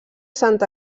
sant